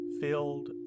filled